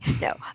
No